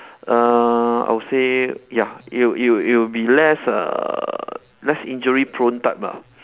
uh I will say ya it will it will it will be less err less injury prone type lah